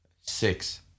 Six